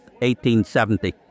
1870